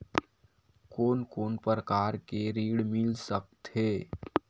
कोन कोन प्रकार के ऋण मिल सकथे?